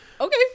Okay